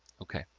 okay,